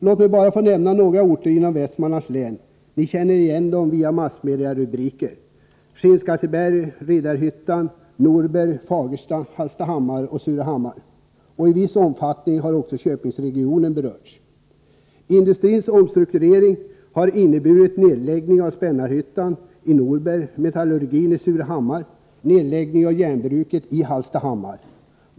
Låt mig bara nämna några orter inom Västmanlands län — ni känner igen dem via massmediarubriker: Skinnskatteberg, Riddarhyttan, Norberg, Fagersta, Hallstahammar och Surahammar. I viss omfattning har också Köpingsregionen berörts. Industrins omstrukturering har inneburit nedläggning av Spännarhyttan i Norberg, metallurgin i Surahammar och järnbruket i Hallstahammar.